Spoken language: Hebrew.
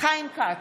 חיים כץ,